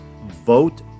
Vote